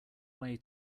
way